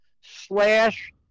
slash